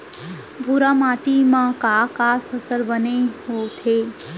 भूरा माटी मा का का फसल बने होही?